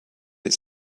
its